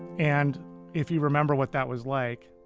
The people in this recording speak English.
and if you remember what that was like,